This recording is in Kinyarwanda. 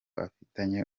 afitanye